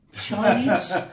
Chinese